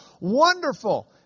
Wonderful